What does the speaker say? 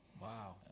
Wow